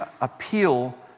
appeal